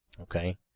Okay